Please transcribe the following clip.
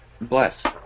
Bless